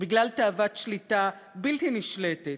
ובגלל תאוות שליטה בלתי נשלטת.